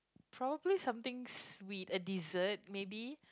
probably something sweet a dessert maybe